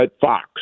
Fox